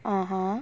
(uh huh)